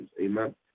Amen